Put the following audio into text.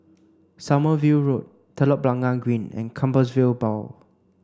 Sommerville Road Telok Blangah Green and Compassvale Bow